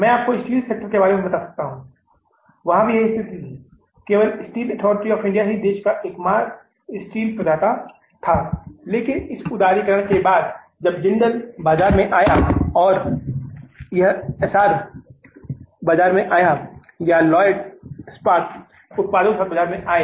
मैं आपको steel sector के बारे में बता सकता हूं वहां भी यही स्थिति थी केवल स्टील अथॉरिटी ऑफ इंडिया ही देश का एकमात्र स्टील प्रदाता था लेकिन इस उदारीकरण के बाद जब जिंदल बाजार में आया या यह एसआर बाजार में आया या लॉयड्स इस्पात उत्पादों के साथ बाजार में आए